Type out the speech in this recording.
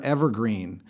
Evergreen